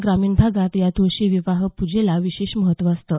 ग्रामीण भागात या तुळशी विवाह पूजेला विशेष महत्व असतं